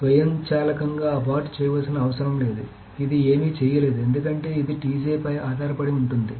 స్వయంచాలకంగా అబార్ట్ చేయవలసిన అవసరం లేదు ఇది ఏమీ చేయలేదు ఎందుకంటే ఇది పై ఆధారపడి ఉంటుంది